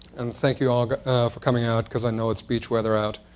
and thank you all for coming out, because i know it's beach weather out.